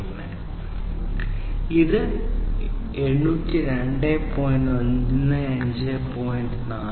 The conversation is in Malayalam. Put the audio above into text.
MAC പ്രോട്ടോക്കോൾ സാധാരണയായി CSMA CA പ്രോട്ടോക്കോൾ കാരിയർ കൂട്ടിമുട്ടൽ ഒഴിവാക്കലുമായി ഒന്നിലധികം ആക്സസ് മനസ്സിലാക്കുകയും 802